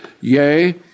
Yea